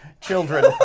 children